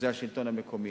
זה השלטון המקומי.